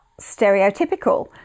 stereotypical